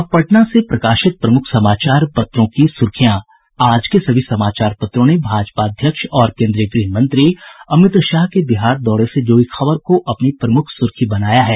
अब पटना से प्रकाशित प्रमुख समाचार पत्रों की सुर्खियां आज के सभी समाचार पत्रों ने भाजपा अध्यक्ष और केंद्रीय गृह मंत्री अमित शाह के बिहार दौरे से जुड़ी खबर को अपनी प्रमुख सुर्खी बनाया है